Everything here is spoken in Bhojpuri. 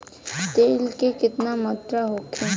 तेल के केतना मात्रा होखे?